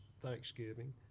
thanksgiving